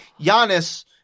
Giannis